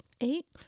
Eight